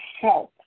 health